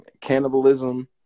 cannibalism